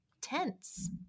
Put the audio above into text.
tense